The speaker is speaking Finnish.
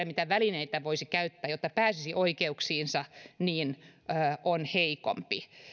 mitä välineitä voisi käyttää jotta pääsisi oikeuksiinsa on heikompi